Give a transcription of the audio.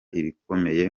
ibikomeye